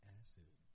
acid